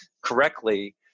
correctly